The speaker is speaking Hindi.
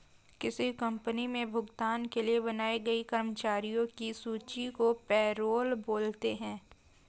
किसी कंपनी मे भुगतान के लिए बनाई गई कर्मचारियों की सूची को पैरोल बोलते हैं